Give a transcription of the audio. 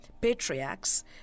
patriarchs